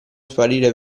sparire